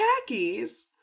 khakis